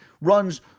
runs